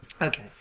Okay